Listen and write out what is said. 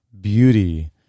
beauty